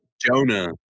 Jonah